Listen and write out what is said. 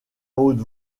haute